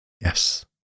Yes